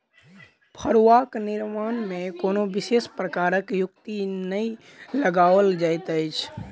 फड़ुआक निर्माण मे कोनो विशेष प्रकारक युक्ति नै लगाओल जाइत अछि